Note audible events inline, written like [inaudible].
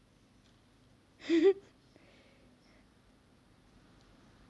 [laughs]